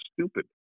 stupid